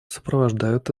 сопровождают